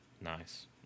Nice